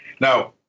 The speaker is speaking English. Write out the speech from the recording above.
Now